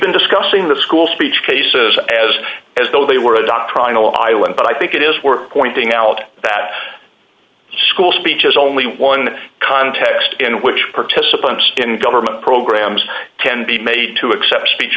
been discussing the school speech cases as as though they were a doctrinal island but i think it is worth pointing out that school speech is only one context in which participants in government programs tend be made to accept speech